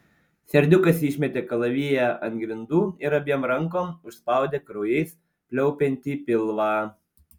serdiukas išmetė kalaviją ant grindų ir abiem rankom užspaudė kraujais pliaupiantį pilvą